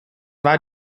war